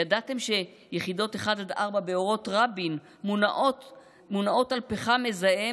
ידעתם שיחידות 1 עד 4 באורות רבין מונעות על פחם מזהם